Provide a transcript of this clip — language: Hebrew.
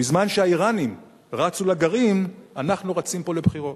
בזמן שהאירנים רצו לגרעין אנחנו רצים פה לבחירות.